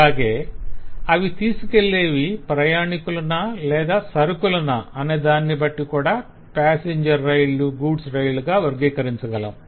అలాగే అవి తీసుకెళ్ళేవి ప్రయాణికులనా లేదా సరకులనా అనే దానిని బట్టి కూడా పాసింజర్ రైళ్లు గూడ్స్ రైళ్లుగా వర్గీకరించగలం